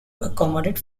accommodate